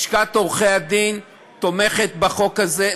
לשכת עורכי-הדין תומכת בחוק הזה,